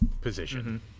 position